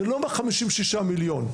זה לא מה-56 מיליון.